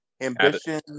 ambition